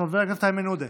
חבר הכנסת איימן עודה,